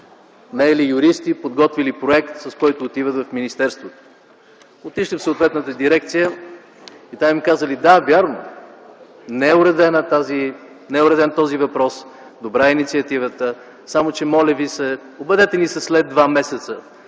наели юристи, подготвили проект, с който отиват в министерството. Отишли в съответната дирекция и там им казали: „Да, вярно – не е уреден този въпрос. Добра е инициативата, само че моля Ви се, обадете ми се след два месеца,